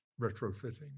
retrofitting